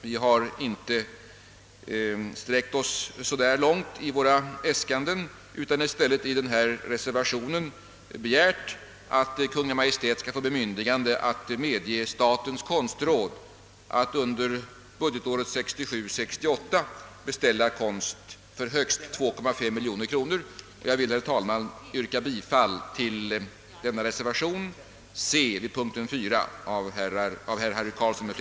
Vi har inte sträckt oss så långt i våra äskanden utan i stället i reservationen begärt att Kungl. Maj:t skall få bemyndigande att medge statens konstråd att under budgetåret 1967/68 beställa konst för högst 2,5 miljoner kronor.